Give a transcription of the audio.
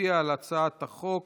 נצביע על הצעת החוק